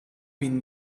been